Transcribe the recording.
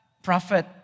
Prophet